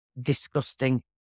disgusting